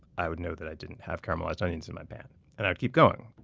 i would know that i didn't have caramelized onions in my pan and i would keep going.